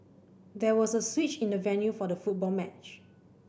there was a switch in the venue for the football match